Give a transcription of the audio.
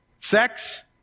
sex